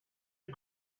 you